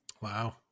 Wow